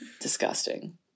Disgusting